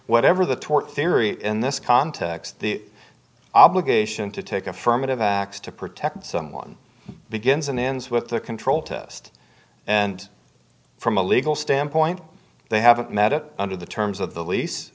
whatever the tort theory in this context the obligation to take affirmative acts to protect someone begins and ends with the control test and from a legal standpoint they haven't met it under the terms of the lease